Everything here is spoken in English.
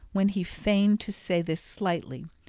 when he feigned to say this slightly,